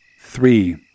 Three